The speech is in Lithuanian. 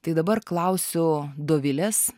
tai dabar klausiu dovilės